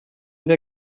wir